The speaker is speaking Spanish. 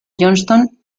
johnston